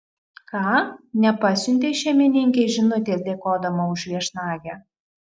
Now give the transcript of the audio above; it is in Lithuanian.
ką nepasiuntei šeimininkei žinutės dėkodama už viešnagę